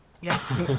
yes